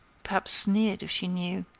perhaps sneered, if she knew!